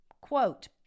Quote